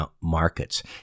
markets